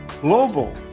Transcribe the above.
global